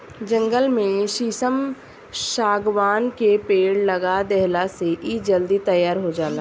जंगल में शीशम, शागवान के पेड़ लगा देहला से इ जल्दी तईयार हो जाता